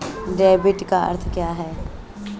Debit का अर्थ क्या है?